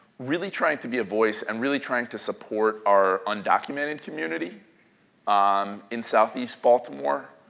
really trying to be a voice and really trying to support our undocumented community um in southeast baltimore.